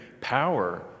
power